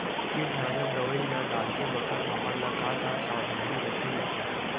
कीटनाशक दवई ल डालते बखत हमन ल का का सावधानी रखें ल पड़थे?